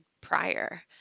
prior